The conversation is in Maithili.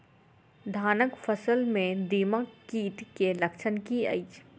धानक फसल मे दीमक कीट केँ लक्षण की अछि?